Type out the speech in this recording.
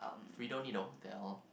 we don't need the hotel